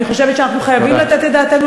אני חושבת שאנחנו חייבים לתת את דעתנו